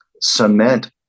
cement